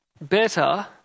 better